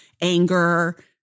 anger